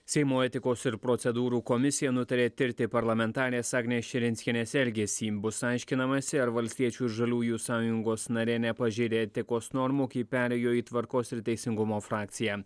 seimo etikos ir procedūrų komisija nutarė tirti parlamentarės agnės širinskienės elgesį bus aiškinamasi ar valstiečių ir žaliųjų sąjungos narė nepažeidė etikos normų kai perėjo į tvarkos ir teisingumo frakciją